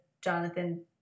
Jonathan